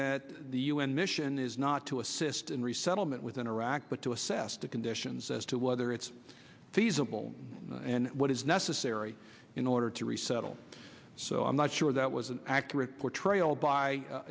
that the u n mission is not to assist in resettlement within iraq but to assess the conditions as to whether it's feasible and what is necessary in order to resettle so i'm not sure that was an accurate portrayal by